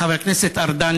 חבר הכנסת ארדן,